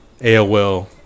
AOL